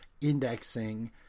indexing